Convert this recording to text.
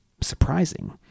Surprising